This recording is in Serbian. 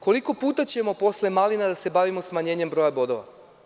Koliko puta ćemo posle malina da se bavimo smanjenjem broja bodova?